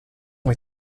ont